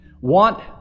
Want